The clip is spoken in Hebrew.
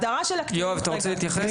יואב, אתה רוצה להתייחס?